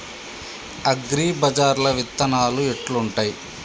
అగ్రిబజార్ల విత్తనాలు ఎట్లుంటయ్?